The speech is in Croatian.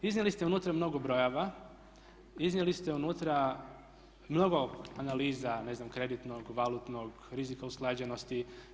Iznijeli ste unutra mnogo brojeva, iznijeli ste unutra mnogo analiza, ne znam, kreditnog, valutnog, rizika usklađenosti.